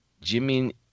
Jimmy